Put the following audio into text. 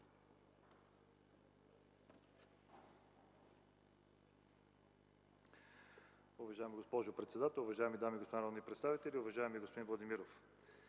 Уважаеми господин председател, уважаеми дами и господа народни представители, уважаеми господин Панчев!